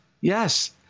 yes